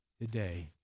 today